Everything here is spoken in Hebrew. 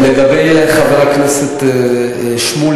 לגבי שאלתו של חבר הכנסת שמולי,